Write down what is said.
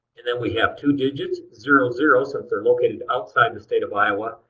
and then we have two digits, zero zero since they're located outside the state of iowa,